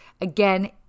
again